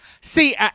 See